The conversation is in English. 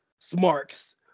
Smarks